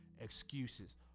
excuses